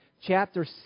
chapter